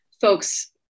folks